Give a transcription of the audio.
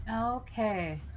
Okay